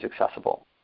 accessible